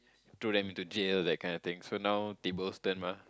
drop them into jail that kind of things so now table turns mah